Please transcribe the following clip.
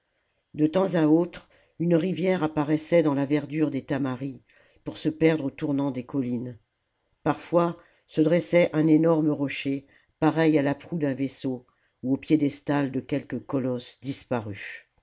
de temps à autre une rivière apparaissait dans la verdure des tamaris pour se perdre au tournant des collines parfois se dressait un énorme rocher pareil à la proue d'un vaisseau ou au piédestal de quelque colosse disparu